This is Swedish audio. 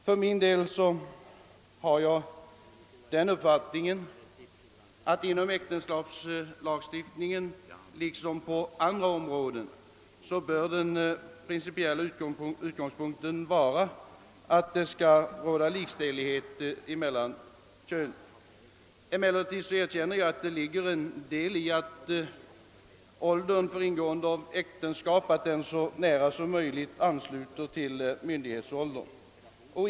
Jag har den uppfattningen att den principiella utgångspunkten inom äktenskapslagstiftningen liksom på andra områden bör vara att det skall råda likställighet mellan könen. Jag erkänner dock att det ligger en del i att åldern för ingående av äktenskap så nära som möjligt bör ansluta sig till myndighetsåldern.